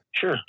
Sure